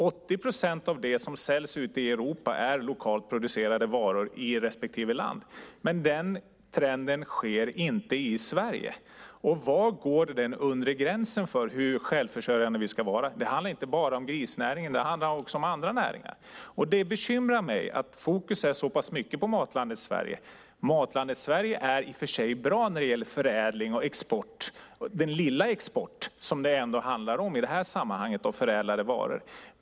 80 procent av det som säljs ute i Europa är lokalt producerade varor i respektive land. Men denna trend sker inte i Sverige. Var går den undre gränsen för hur självförsörjande vi ska vara? Det handlar inte bara om grisnäringen. Det handlar också om andra näringar. Det bekymrar mig att fokus är så pass mycket på Matlandet Sverige. Matlandet Sverige är i och för sig bra när det gäller förädling och export - den lilla export som det handlar om i det här sammanhanget av förädlade varor.